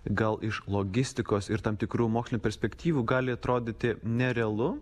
gal iš logistikos ir tam tikrų mokslinių perspektyvų gali atrodyti nerealu